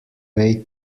way